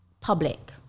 public